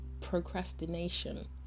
procrastination